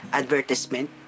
advertisement